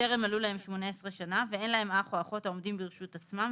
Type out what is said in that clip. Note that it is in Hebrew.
שטרם מלאו להם שמונה-עשרה שנה ואין להם אח או אחות העומדים ברשות עצמם,